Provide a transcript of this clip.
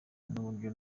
n’uburyo